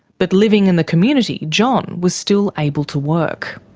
but living in the community, john was still able to work.